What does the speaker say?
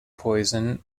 poison